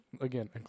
again